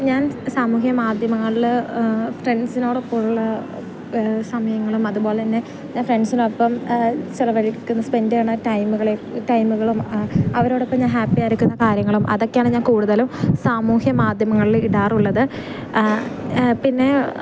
ഞാൻ സാമൂഹ്യ മാധ്യമങ്ങളിൽ ഫ്രണ്ട്സിനോടൊപ്പം ഉള്ള സമയങ്ങളും അതുപോലെതന്നെ ഞാൻ ഫ്രണ്ട്സിനൊപ്പം ചിലവഴിക്കുന്ന സ്പെൻഡ് ചെയ്യണ ടൈമുകൾ ടൈമുകളും ആ അവരോടൊപ്പം ഞാൻ ഹാപ്പിയായിരിക്കുന്ന കാര്യങ്ങളും അതൊക്കെയാണ് ഞാൻ കൂടുതലും സാമൂഹ്യ മാധ്യമങ്ങളിൽ ഇടാറുള്ളത് പിന്നെ